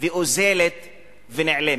ואוזלת ונעלמת.